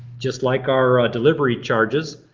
just like our ah delivery charges,